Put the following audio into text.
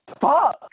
fuck